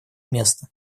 место